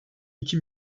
iki